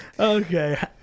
Okay